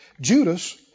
Judas